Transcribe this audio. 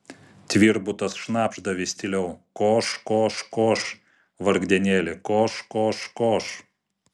tvirbutas šnabžda vis tyliau koš koš koš vargdienėli koš koš koš